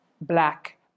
black